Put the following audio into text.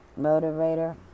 motivator